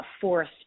force